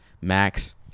max